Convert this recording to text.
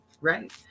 Right